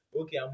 Okay